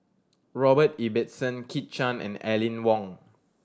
Robert Ibbetson Kit Chan and Aline Wong